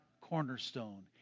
cornerstone